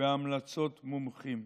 בהמלצות מומחים.